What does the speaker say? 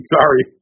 Sorry